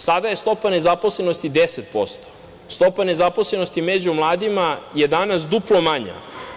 Sada je stopa nezaposlenosti 10%, stopa nezaposlenosti među mladima je danas duplo manja.